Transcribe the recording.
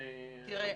תראה,